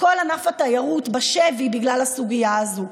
כל ענף התיירות בשבי בגלל הסוגיה הזאת.